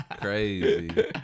Crazy